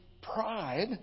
pride